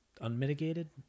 Unmitigated